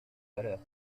valeur